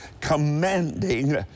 commanding